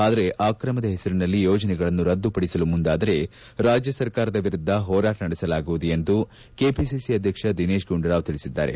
ಆದರೆ ಅಕ್ರಮದ ಹೆಸರಿನಲ್ಲಿ ಯೋಜನೆಗಳನ್ನು ರದ್ದುಪಡಿಸಲು ಮುಂದಾದರೆ ರಾಜ್ಯ ಸರ್ಕಾರದ ವಿರುದ್ದ ಹೋರಾಟ ನಡೆಸಲಾಗುವುದು ಎಂದು ಕೆಪಿಸಿಸಿ ಅಧ್ಯಕ್ಷ ದಿನೇಶ್ ಗುಂಡೂರಾವ್ ತಿಳಿಸಿದ್ದಾರೆ